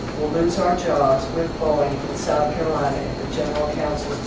will lose our jobs with boeing in south carolina if the general counsel